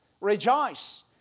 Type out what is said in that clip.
Rejoice